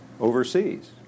overseas